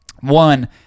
One